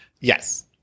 Yes